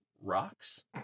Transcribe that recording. rocks